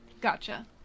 Gotcha